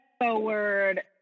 forward